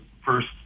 first